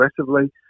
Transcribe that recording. aggressively